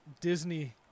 Disney